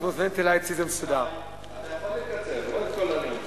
שי, אתה יכול לקצר, לא את כל הנאום שלך.